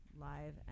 live